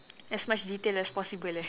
as much detail as possible eh